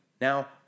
Now